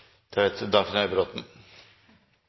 til politiregisterloven, der